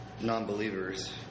non-believers